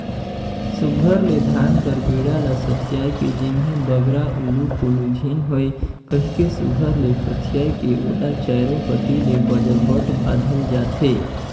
सुग्घर ले धान कर बीड़ा ल सथियाए के जेम्हे बगरा उलु फुलु झिन होए कहिके सुघर ले सथियाए के ओला चाएरो कती ले बजरबट बाधल जाथे